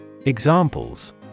Examples